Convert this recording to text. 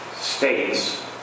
states